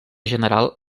general